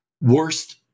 Worst